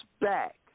back